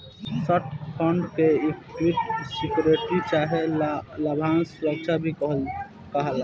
stock fund के equity security चाहे लाभांश सुरक्षा भी कहाला